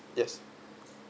yes